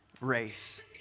race